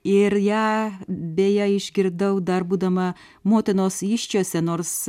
ir ją beje išgirdau dar būdama motinos įsčiose nors